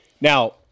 Now